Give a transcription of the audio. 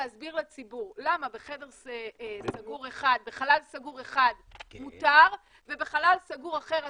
לא מסוגלים להסביר לציבור למה בחלל סגור אחד מותר ובחלל סגור אחר סגור.